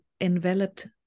enveloped